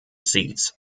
seats